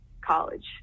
college